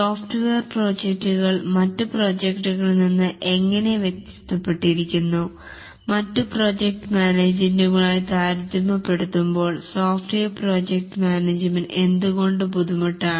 software പ്രോജക്ടുകൾ മറ്റ് പ്രോജക്ടുകളിൽ നിന്ന് എങ്ങനെ വ്യത്യാസപ്പെട്ടിരിക്കുന്നു മറ്റു പ്രോജക്ട് മാനേജ്മെൻറ് കളുമായി താരതമ്യപ്പെടുത്തുമ്പോൾ സോഫ്റ്റ്വെയർ പ്രോജക്ട് മാനേജ്മെൻറ് എന്തുകൊണ്ട് ബുദ്ധിമുട്ടാണ്